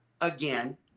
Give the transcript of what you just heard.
again